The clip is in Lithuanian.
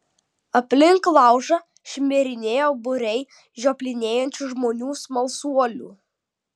aplink laužą šmirinėjo būriai žioplinėjančių žmonių smalsuolių